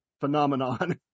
phenomenon